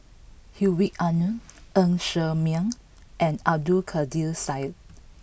Hedwig Anuar Ng Ser Miang and Abdul Kadir Syed